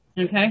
okay